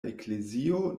eklezio